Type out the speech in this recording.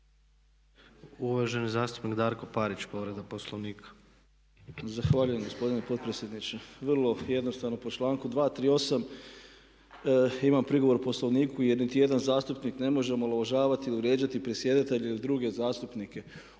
Uvaženi zastupnik Darko Parić, povreda Poslovnika. **Parić, Darko (SDP)** Zahvaljujem gospodine potpredsjedniče. Vrlo jednostavno, po članku 238. imam prigovor Poslovniku jer niti jedan zastupnik ne može omalovažavati ili vrijeđati predsjedatelja ili druge zastupnike.